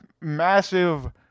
massive